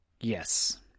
Yes